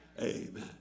Amen